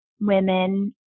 women